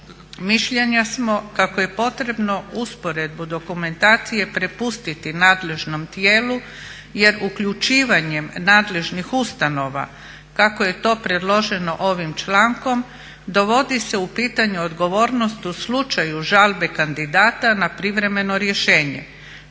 Mišljenja smo kako je potrebno usporedbu dokumentacije prepustiti nadležnom tijelu jer uključivanjem nadležnih ustanova kako je to predloženo ovim člankom dovodi se u pitanje odgovornost u slučaju žalbe kandidata na privremeno rješenje